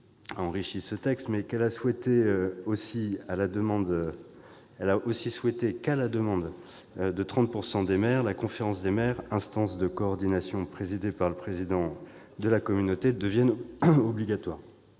Elle a souhaité que, à la demande de 30 % des maires, la conférence des maires, instance de coordination présidée par le président de la communauté, devienne obligatoire.